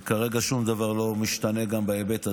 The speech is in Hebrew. כרגע שום דבר לא משתנה גם בהיבט הזה,